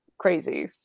crazy